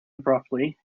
abruptly